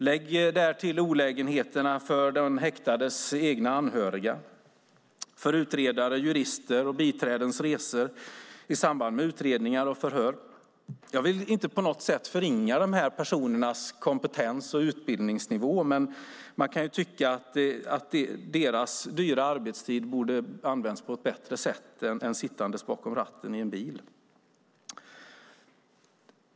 Lägg därtill olägenheterna för de häktades anhöriga och för utredare, jurister och biträden som måste göra dessa resor i samband med utredningar och förhör. Jag vill inte på något sätt förringa de här personernas kompetens och utbildningsnivå, men man kan ju tycka att deras dyra arbetstid borde användas på ett bättre sätt än till att sitta bakom ratten i en bil.